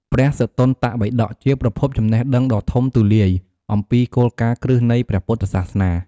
ព្រះសុត្តន្តបិដក ជាប្រភពចំណេះដឹងដ៏ធំទូលាយអំពីគោលការណ៍គ្រឹះនៃព្រះពុទ្ធសាសនា។